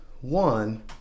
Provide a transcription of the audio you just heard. One